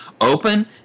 open